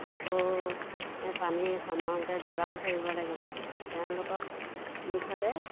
আকৌ পানীৰ সময়মতে যোগান ধৰিব লাগিব তেওঁলোকক মুঠতে